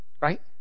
Right